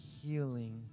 healing